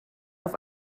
auf